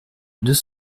deux